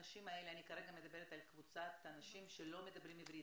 אני כרגע מדברת על קבוצת האנשים שלא מדברים עברית,